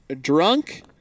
drunk